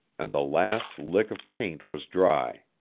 and the last lick of paint was dry.